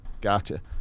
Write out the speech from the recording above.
Gotcha